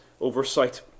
oversight